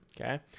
okay